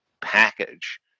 package